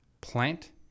plant